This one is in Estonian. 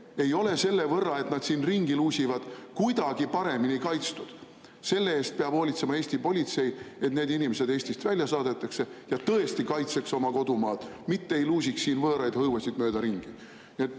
ei ole selle võrra, et nad siin ringi luusivad, kuidagi paremini kaitstud. Selle eest peab hoolitsema Eesti politsei, et need inimesed Eestist välja saadetakse ja tõesti kaitseks oma kodumaad, mitte ei luusiks siin võõraid õuesid mööda ringi.